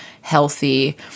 healthy